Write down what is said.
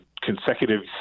consecutive